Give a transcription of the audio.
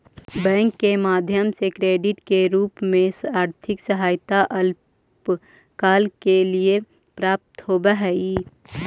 bank के माध्यम से क्रेडिट के रूप में आर्थिक सहायता अल्पकाल के लिए प्राप्त होवऽ हई